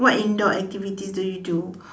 what in door activities do you do